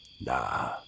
Nah